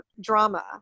drama